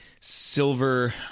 silver